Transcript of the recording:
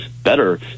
better